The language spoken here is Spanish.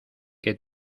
que